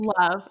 love